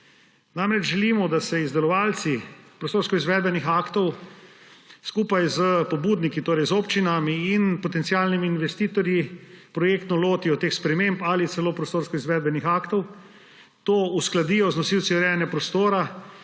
namreč, da se izdelovalci prostorskih izvedbenih aktov skupaj s pobudniki, torej z občinami in potencialnimi investitorji, projektno lotijo teh sprememb ali celo prostorskih izvedbenih aktov, to uskladijo z nosilci urejanja prostora,